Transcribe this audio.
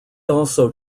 also